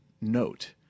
note